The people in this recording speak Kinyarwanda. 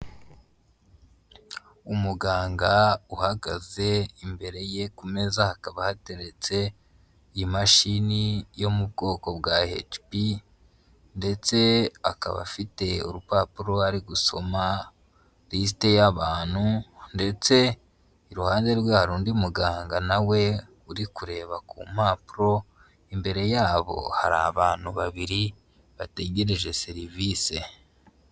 Umuganga uhagaze, imbere ye ku meza hakaba hateretse imashini yo mu bwoko bwa HP ndetse akaba afite urupapuro ari gusoma risite y'abantu ndetse iruhande rwe hari undi muganga nawe uri kureba ku mpapuro, imbere yabo hari abantu babiri bategereje serivisi.